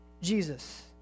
Jesus